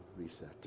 reset